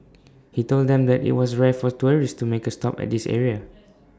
he told them that IT was rare for tourists to make A stop at this area